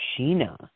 Sheena